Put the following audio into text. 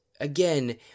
again